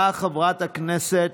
באה חברת הכנסת